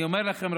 אני אומר לכם,